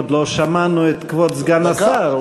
עוד לא שמענו את כבוד סגן השר.